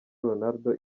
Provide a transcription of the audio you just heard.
ronaldo